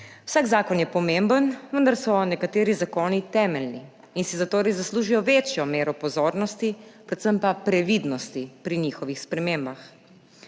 Vsak zakon je pomemben, vendar so nekateri zakoni temeljni in si zatorej zaslužijo večjo mero pozornosti, predvsem pa previdnosti pri njihovih spremembah.